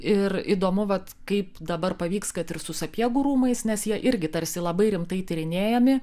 ir įdomu vat kaip dabar pavyks kad ir su sapiegų rūmais nes jie irgi tarsi labai rimtai tyrinėjami